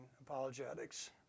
apologetics